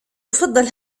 أفضل